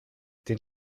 den